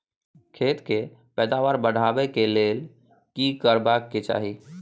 खेत के पैदावार बढाबै के लेल की करबा के चाही?